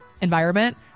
environment